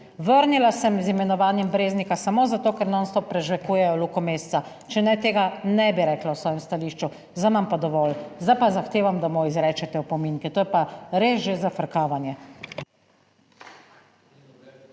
Vrnila sem z imenovanjem Breznika samo zato, ker nonstop prežvekuje Luko Mesca. Če ne, tega ne bi rekla v svojem stališču. Zdaj imam pa dovolj, zdaj pa zahtevam, da mu izrečete opomin, ker to je pa res že zafrkavanje.